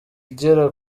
igera